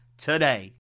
today